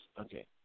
okay